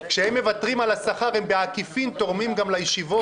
כשהם מוותרים על השכר הם בעקיפין תורמים גם לישיבות ולרבנים.